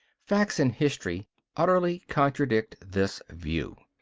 facts and history utterly contradict this view.